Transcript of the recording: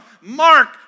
Mark